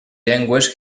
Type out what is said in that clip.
llengües